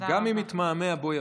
גם אם יתמהמה, בוא יבוא.